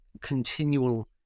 continual